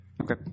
Okay